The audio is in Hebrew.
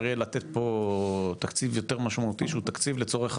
יהיה לתת פה תקציב יותר משמעותי שהוא תקציב לצורך